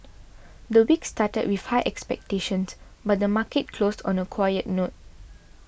the week started with high expectations but the market closed on a quiet note